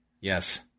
Yes